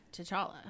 t'challa